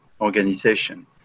Organization